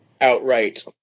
outright